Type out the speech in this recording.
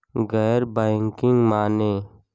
गैर बैंकिंग माने?